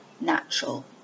natural